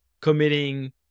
committing